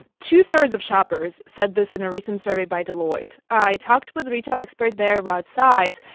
two-thirds of shoppers said this in a recent survey by deloitte. i talked with a retail expert there, rod sides,